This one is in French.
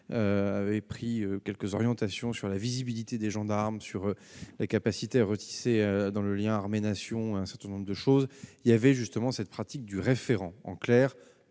et pris quelques orientations sur la visibilité des gendarmes sur les capacités à retisser dans le lien armée-nation un certain nombre de choses, il y avait justement cette pratique du référent en clair